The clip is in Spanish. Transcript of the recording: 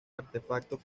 artefactos